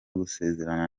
gusezerana